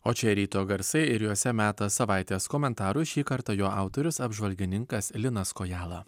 o čia ryto garsai ir juose metas savaitės komentarui šį kartą jo autorius apžvalgininkas linas kojala